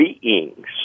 beings